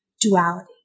duality